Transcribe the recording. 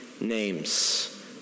names